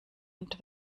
und